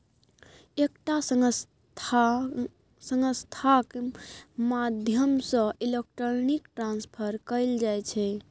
एकटा संस्थाक माध्यमसँ इलेक्ट्रॉनिक ट्रांसफर कएल जाइ छै